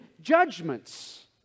judgments